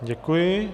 Děkuji.